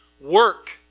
Work